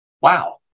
Wow